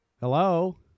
Hello